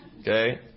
Okay